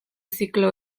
ziklo